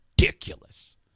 ridiculous